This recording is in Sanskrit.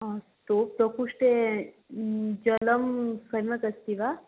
अस्तु प्रकोष्ठे जलं सम्यक् अस्ति वा